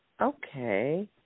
Okay